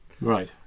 right